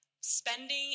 spending